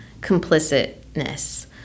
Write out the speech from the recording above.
complicitness